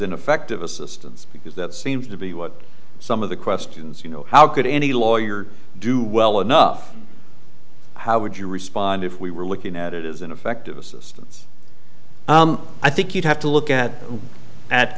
ineffective assistance because that seems to be what some of the questions you know how could any lawyer do well enough how would you respond if we were looking at it is ineffective assistance i think you'd have to look at at